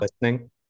listening